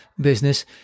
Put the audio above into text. business